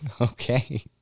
Okay